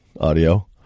audio